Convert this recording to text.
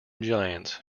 giants